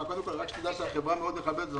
מכבדת אותנו,